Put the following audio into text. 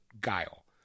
Guile